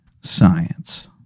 science